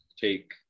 take